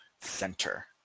center